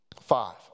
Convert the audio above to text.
Five